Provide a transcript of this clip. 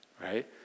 right